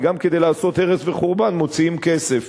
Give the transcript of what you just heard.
כי גם כדי לעשות הרס וחורבן מוציאים כסף.